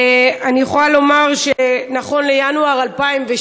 אני יכולה לומר שנכון לינואר 2017